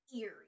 eerie